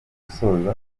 gusoza